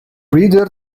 reader